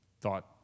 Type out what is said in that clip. thought